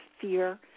fear